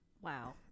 Wow